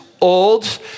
old